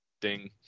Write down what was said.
ding